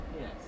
Yes